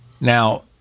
Now